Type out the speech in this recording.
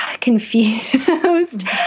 confused